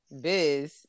Biz